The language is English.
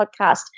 podcast